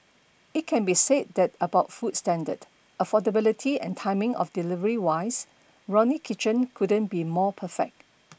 it can be said that about food standard affordability and timing of delivery wise Ronnie Kitchen couldn't be more perfect